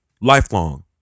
lifelong